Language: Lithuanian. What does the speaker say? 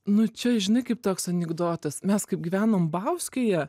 nu čia žinai kaip toks anekdotas mes kaip gyvenom bauskėje